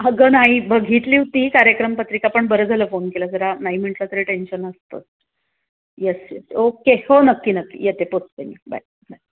अगं नाही बघितली होती कार्यक्रमपत्रिका पण बरं झालं फोन केलास जरा नाही म्हटलं तरी टेन्शन असतंच येस येस ओके हो नक्की नक्की येते पोचते मी बाय बाय